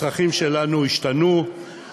הצרכים שלנו השתנו,